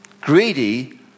Greedy